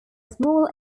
small